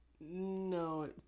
no